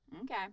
Okay